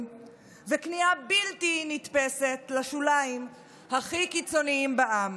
וכניעה בלתי נתפסת לשוליים הכי קיצוניים בעם.